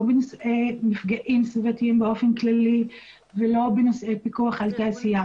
לא בנושאי מפגעים סביבתיים באופן כללי ולא בנושא פיקוח על התעשייה.